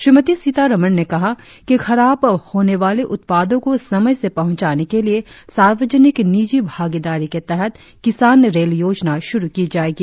श्रीमती सीतारमण ने कहा कि खराब होने वाले उत्पादों को समय से पहुंचाने के लिए सार्वजनिक निजी भागीदारी के तहत किसान रेल योजना शुरु की जाएगी